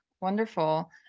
Wonderful